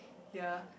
ya